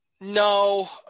No